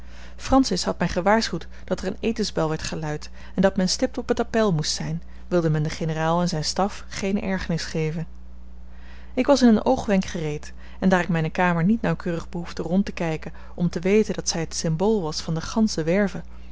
francis had mij gewaarschuwd dat er een etensbel werd geluid en dat men stipt op het appèl moest zijn wilde men den generaal en zijn staf geene ergernis geven ik was in een oogwenk gereed en daar ik mijne kamer niet nauwkeurig behoefde rond te kijken om te weten dat zij het symbool was van de gansche werve